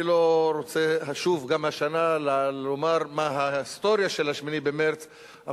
אני לא רוצה לשוב גם השנה לומר מה ההיסטוריה של 8 במרס,